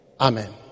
Amen